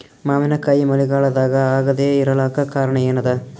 ಮಾವಿನಕಾಯಿ ಮಳಿಗಾಲದಾಗ ಆಗದೆ ಇರಲಾಕ ಕಾರಣ ಏನದ?